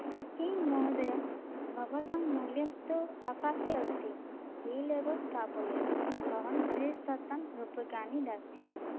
किं महोदय भवतां मूल्यं तु आकाशे अस्ति स्टील् एव स्थापयतु अहं त्रिशतम् रूप्यकाणि दास्यामि